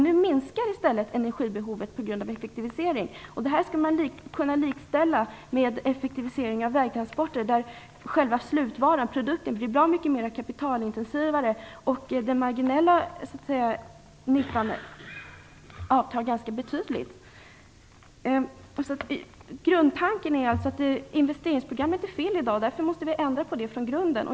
Nu minskar i stället energibehovet på grund av effektiviseringar. Det skulle kunna likställas med effektiviseringar av vägtransporter där själva slutvaran, produkten, blir bra mycket mer kapitalintensiv. Den marginella nyttan avtar ganska betydligt. Grundtanken är alltså att investeringsprogrammet är fel i dag. Därför måste vi ändra på det från grunden.